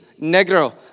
negro